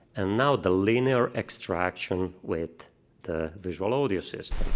and now the linear extraction with the visualaudio system.